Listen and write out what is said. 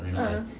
uh